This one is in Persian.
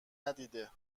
ندیده